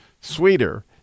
sweeter